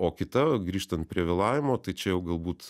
o kita grįžtant prie vėlavimo tai čia jau galbūt